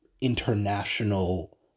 international